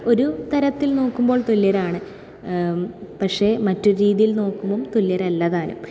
ഒരു തരത്തിൽ നോക്കുമ്പോൾ തുല്യരാണ് പക്ഷേ മറ്റൊരു രീതിയിൽ നോക്കുമ്പോൾ തുല്യരല്ലതാനും